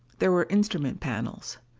there were instrument panels.